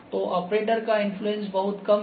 तो ऑपरेटर का इन्फ्लुएंस बहुत कम है